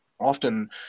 often